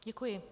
Děkuji.